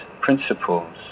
principles